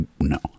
No